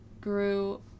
grew